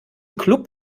club